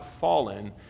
fallen